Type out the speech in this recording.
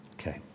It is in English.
Okay